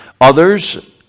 Others